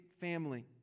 family